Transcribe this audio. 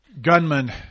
Gunman